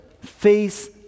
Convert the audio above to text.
face